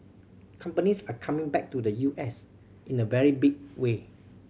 companies are coming back to the U S in a very big way